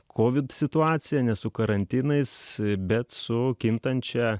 covid situacija ne su karantinais bet su kintančia